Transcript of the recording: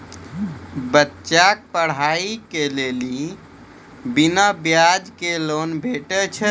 बच्चाक पढ़ाईक लेल बिना ब्याजक लोन भेटै छै?